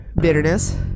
bitterness